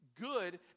Good